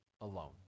alone